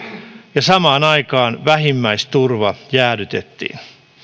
ja samaan aikaan vähimmäisturva jäädytettiin